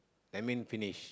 that mean finish